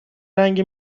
رنگی